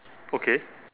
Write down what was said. okay